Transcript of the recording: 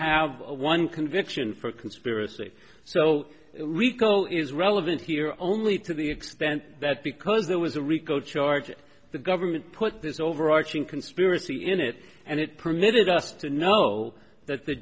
have one conviction for conspiracy so rico is relevant here only to the extent that because there was a rico charge the government put this overarching conspiracy in it and it permitted us to know that the